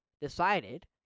decided